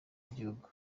w’igihugu